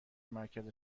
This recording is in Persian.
مرکز